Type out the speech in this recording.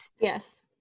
Yes